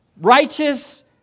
righteous